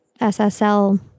SSL